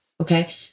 okay